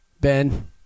Ben